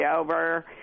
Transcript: over